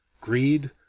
greed,